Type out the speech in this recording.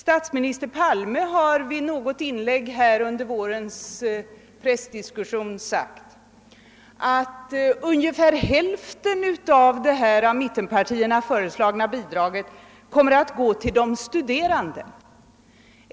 Statsminister Palme har i något inlägg under vårens pressdiskussion sagt att ungefär hälften av det av mittenpartierna föreslagna bidraget kommer att gå till de studerande.